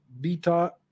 beta